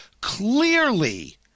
clearly